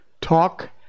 talk